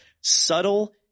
subtle